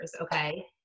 okay